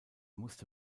musste